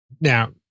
Now